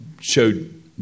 showed